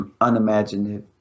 unimaginative